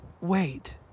Wait